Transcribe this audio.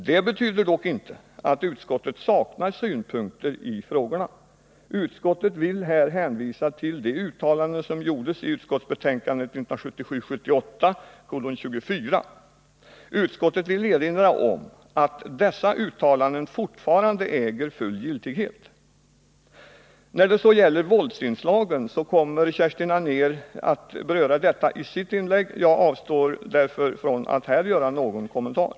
Det betyder dock inte att utskottet saknar synpunkter i dessa frågor — utskottet vill här hänvisa till de uttalanden som gjordes i utskottsbetänkandet 1977/78:24. Utskottet vill erinra om att dessa uttalanden fortfarande äger full giltighet. När det gäller våldsinslagen så kommer Kerstin Anér att beröra detta i sitt inlägg. Jag avstår därför från att här göra någon kommentar.